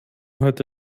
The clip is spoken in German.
heute